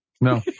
No